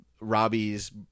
Robbie's